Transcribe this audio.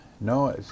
No